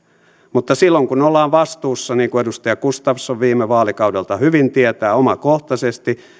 mutta silloin kun ollaan vastuussa niin kuin edustaja gustafsson viime vaalikaudelta hyvin tietää omakohtaisesti